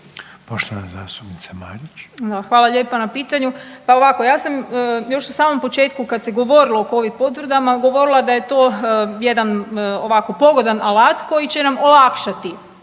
Andreja (SDP)** Hvala lijepa na pitanju. Pa ovako, ja sam još u samom početku kad se govorilo o Covid potvrdama govorila da je to jedan ovako pogodan alat koji će nam olakšati